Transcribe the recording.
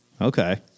Okay